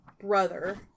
brother